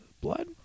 blood